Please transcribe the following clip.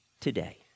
Today